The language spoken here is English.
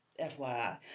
fyi